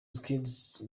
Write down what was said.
kids